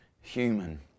human